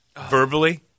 verbally